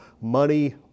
money